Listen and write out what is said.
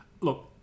Look